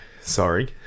Sorry